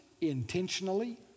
intentionally